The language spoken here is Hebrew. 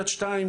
"יד 2",